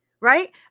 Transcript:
Right